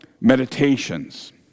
meditations